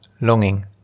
longing